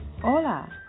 Hola